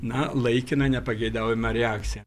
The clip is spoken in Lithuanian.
na laikiną nepageidaujamą reakciją